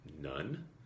None